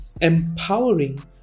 empowering